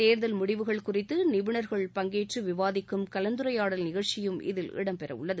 தேர்தல் முடிவுகள் குறித்து நிபுணர்கள் பங்கேற்று விவாதிக்கும் கலந்துரையாடல் நிகழ்ச்சியும் இதில் இடம் பெறவுள்ளது